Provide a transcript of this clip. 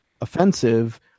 offensive